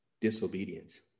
Disobedience